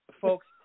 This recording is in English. Folks